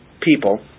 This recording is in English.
people